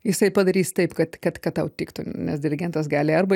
jisai padarys taip kad kad kad tau tiktų nes dirigentas gali arba